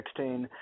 2016